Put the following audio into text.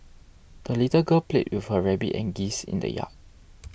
the little girl played with her rabbit and geese in the yard